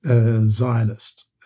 Zionist